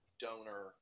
donor